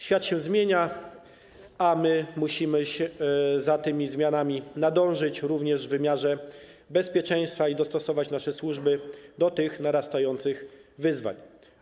Świat się zmienia, a my musimy za tymi zmianami nadążyć, również w wymiarze bezpieczeństwa, i dostosować nasze służby do pojawiających się nowych wyzwań.